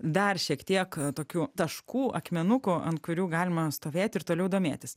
dar šiek tiek tokių taškų akmenukų ant kurių galima stovėti ir toliau domėtis